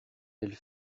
elles